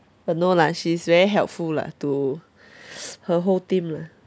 but no lah she's very helpful lah to her whole team lah